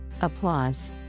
Applause